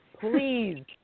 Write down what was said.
Please